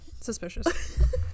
suspicious